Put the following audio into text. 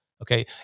Okay